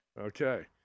Okay